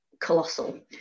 colossal